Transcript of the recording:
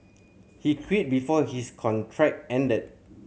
he quit before his contract ended